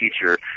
teacher